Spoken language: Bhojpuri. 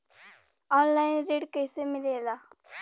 ऑनलाइन ऋण कैसे मिले ला?